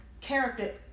character